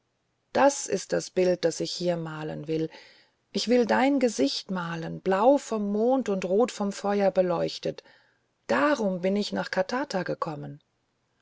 das ist das bild das ich hier malen will ich will dein gesicht malen blau vom mond und rot vom feuer beleuchtet und darum bin ich nach katata gekommen